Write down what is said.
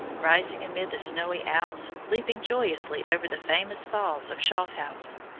rising amid the snowy alps, leaping joyously over the famous falls of schaffhausen,